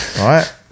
Right